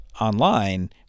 online